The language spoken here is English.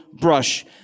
brush